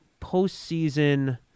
Postseason